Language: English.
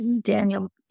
Daniel